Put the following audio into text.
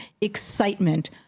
excitement